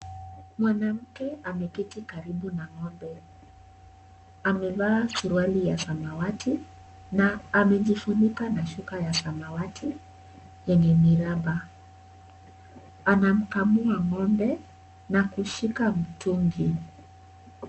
Mwanamke ameketi karibu na ng'ombe . Amevaa suruali ya samawati na amejifunika na shuka ya samawati yenye miraba. Anamkamua ng'ombe na kushika mtungi.